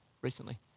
recently